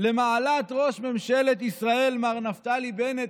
למעלת ראש ממשלת ישראל מר נפתלי בנט,